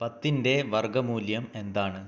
പത്തിൻ്റെ വർഗ്ഗ മൂല്യം എന്താണ്